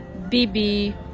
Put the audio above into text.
bb